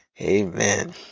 Amen